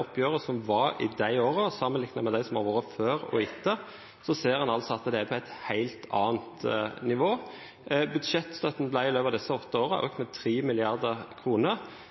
oppgjørene som var i de årene, sammenlignet med dem som har vært før og etter, så ser en at det er på et helt annet nivå. Budsjettstøtten ble i løpet av disse åtte årene økt med